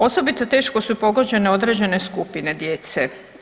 Osobito teško su pogođene određene skupine djece.